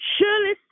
Surely